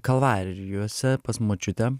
kalvarijose pas močiutę